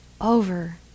over